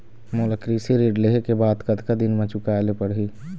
मोला कृषि ऋण लेहे के बाद कतका दिन मा चुकाए ले पड़ही?